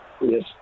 Yes